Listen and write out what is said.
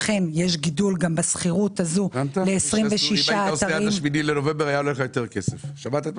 לכן יש גידול גם בשכירות הזו ל-26 אתרים --- הבנת?